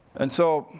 and so,